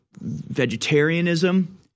vegetarianism